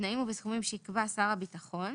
בתנאים ובסכומים שיקבע שר הביטחון.